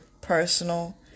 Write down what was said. personal